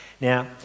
Now